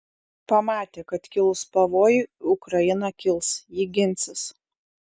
pamatė kad kilus pavojui ukraina kils ji ginsis